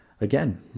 Again